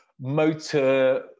motor